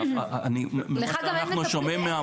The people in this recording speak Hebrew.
ממה שאנחנו שומעים מהמומחים.